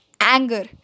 Anger